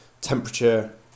temperature